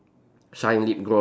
shine lip gloss